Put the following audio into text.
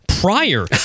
Prior